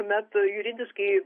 metu juridiškai